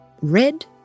Red